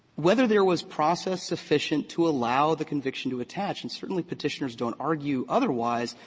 whether there was process sufficient to allow the conviction to attach, and certainly petitioners don't argue otherwise.